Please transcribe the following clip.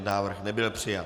Návrh nebyl přijat.